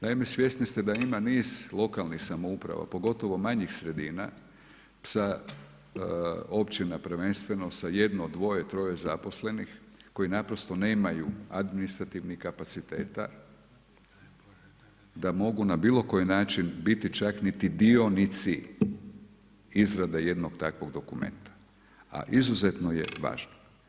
Naime, svjesni ste da ima niz lokalnih samouprava pogotovo manjih sredina sa općina prvenstveno sa jedno, dvoje, troje zaposlenih koji nemaju administrativnih kapaciteta da mogu na bilo koji način biti čak niti dionici izrade jednog takvog dokumenta, a izuzetno je važno.